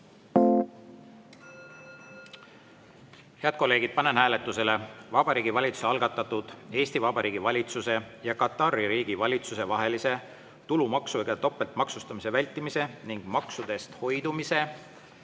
kolleegid, panen hääletusele Vabariigi Valitsuse algatatud Eesti Vabariigi valitsuse ja Katari Riigi valitsuse vahelise tulumaksudega topeltmaksustamise vältimise ning maksudest hoidumise